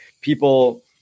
people